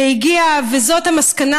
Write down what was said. וזאת המסקנה,